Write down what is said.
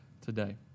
today